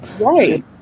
Right